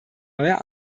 neuer